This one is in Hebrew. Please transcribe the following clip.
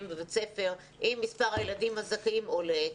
בבית הספר ואם מספר התלמידים הזכאים עולה,